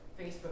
Facebook